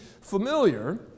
familiar